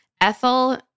ethel